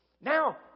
Now